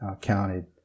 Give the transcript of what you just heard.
counted